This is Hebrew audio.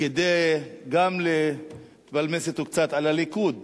כדי גם להתפלמס אתו קצת על הליכוד,